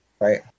Right